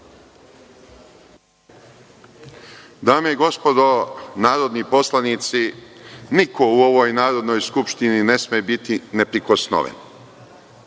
Dame i gospodo narodni poslanici, niko u ovoj Narodnoj skupštini ne sme biti neprikosnoven